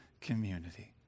community